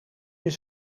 meer